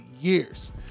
years